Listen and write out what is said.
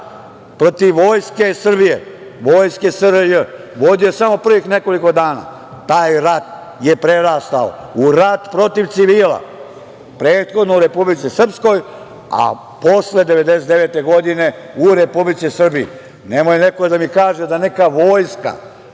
protiv Vojske Srbije, Vojske SRJ, vodio je samo prvih nekoliko dana. Taj rat je prerastao u rat protiv civila prethodno u Republici Srpskoj, a posle 1999. godine u Republici Srbiji. Nemoj neko da mi kaže da neka vojska,